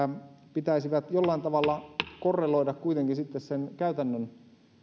pitäisi jollain tavalla korreloida kuitenkin sitten sen käytännön